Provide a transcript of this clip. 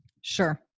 Sure